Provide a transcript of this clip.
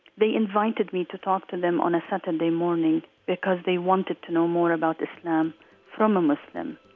they invited me to talk to them on a saturday morning because they wanted to know more about islam from a muslim,